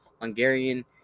Hungarian